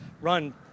run